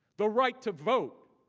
the right to vote